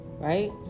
Right